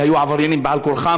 כי היו עבריינים על כורחם,